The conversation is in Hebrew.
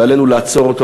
ועלינו לעצור אותו,